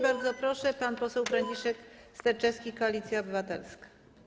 Bardzo proszę, pan poseł Franciszek Sterczewski, Koalicja Obywatelska.